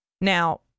Now